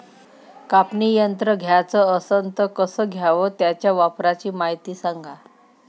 कापनी यंत्र घ्याचं असन त कस घ्याव? त्याच्या वापराची मायती सांगा